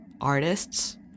artists